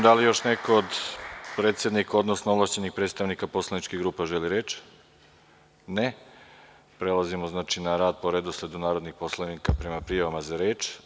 Da li još neko od predsednika, odnosno ovlašćenih predstavnika poslaničkih grupa želi reč? (Ne) Prelazimo na rad po redosledu narodnih poslanika prema prijavama za reč.